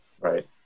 Right